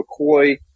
McCoy